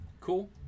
Cool